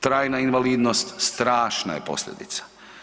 Trajna invalidnost strašna je posljedica.